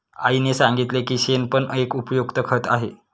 आईने सांगितले की शेण पण एक उपयुक्त खत आहे